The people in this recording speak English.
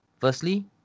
Firstly